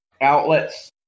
outlets